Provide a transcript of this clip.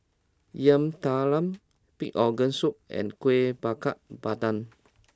Yam Talam Pig'S Organ Soup and Kueh Bakar Pandan